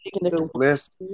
list